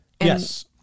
Yes